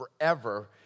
forever